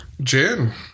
Jen